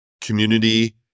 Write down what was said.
community